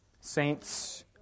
Saints